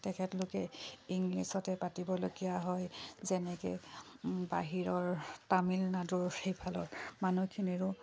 তেখেতলোকে ইংলিছতে পাতিবলগীয়া হয় যেনেকৈ বাহিৰৰ তামিলনাডুৰ সেইফালৰ মানুহখিনিৰো